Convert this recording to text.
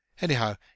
Anyhow